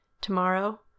Tomorrow